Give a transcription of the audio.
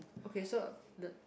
okay so the